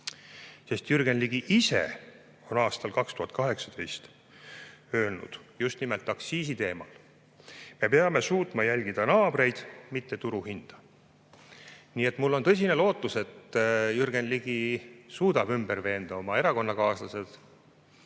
Sest Jürgen Ligi ise on aastal 2018 öelnud just nimelt aktsiisi teemal: "Me peaksime suutma [selles] jälgida naabreid, mitte turuhindu." Nii et mul on tõsine lootus, et Jürgen Ligi suudab ümber veenda oma erakonnakaaslased,